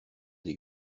des